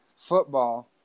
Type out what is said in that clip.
Football